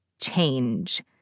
Change